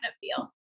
feel